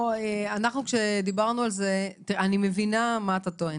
אני מבינה מה אתה טוען